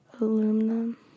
aluminum